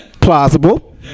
Plausible